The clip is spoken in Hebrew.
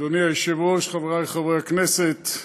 אדוני היושב-ראש, חברי חברי הכנסת,